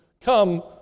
come